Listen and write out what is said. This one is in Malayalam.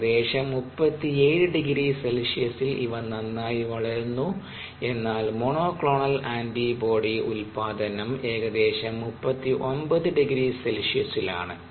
ഏകദേശം 37 ºC ൽ ഇവ നന്നായി വളരുന്നു എന്നാൽ മോണോക്ലോണൽ ആന്റിബോഡി ഉൽപ്പാദനം ഏകദേശം 39 ºC യിൽ ആണ്